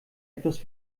etwas